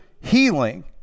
healing